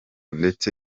ndetse